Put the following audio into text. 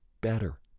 better